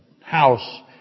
house